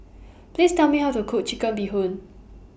Please Tell Me How to Cook Chicken Bee Hoon